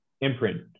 imprint